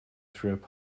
through